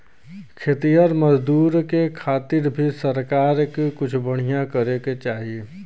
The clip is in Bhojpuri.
खेतिहर मजदूर के खातिर भी सरकार के कुछ बढ़िया करे के चाही